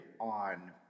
on